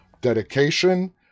dedication